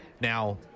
now